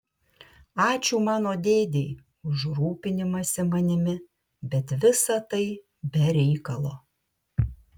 ačiū mano dėdei už rūpinimąsi manimi bet visa tai be reikalo